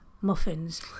muffins